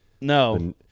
No